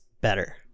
better